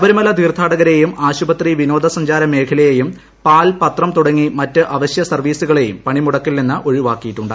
ശബരിമല തീർത്ഥാടകരെയും ആശുപത്രി വിനോദ സഞ്ച്ട്രർ മേഖലയെയും പാൽ പത്രം തുടങ്ങി മറ്റ് അവശ്യ സർവ്വീസുകളെയും പണിമുടക്കിൽ നിന്ന് ഒഴിവാക്കിയിട്ടുണ്ട്